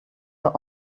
our